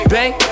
Bang